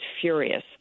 furious